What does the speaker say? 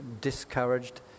discouraged